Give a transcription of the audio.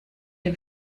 dem